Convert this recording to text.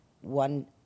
one